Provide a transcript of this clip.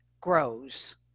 grows